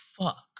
fuck